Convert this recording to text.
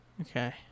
Okay